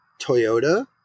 Toyota